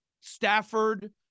Stafford